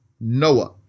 Noah